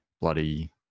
bloody